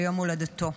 ליום הולדתו.